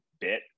bit